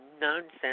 nonsense